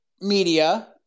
media